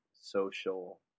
social